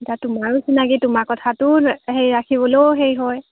এতিয়া তোমাৰো চিনাকি তোমাৰ কথাটোও হেৰি ৰাখিবলৈও হেৰি হয়